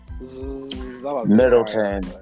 Middleton